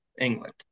England